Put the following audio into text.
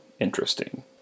interesting